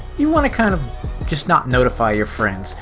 you want to kind of just not notify your friends.